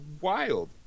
wild